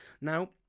now